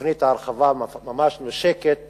ותוכנית ההרחבה ממש נושקת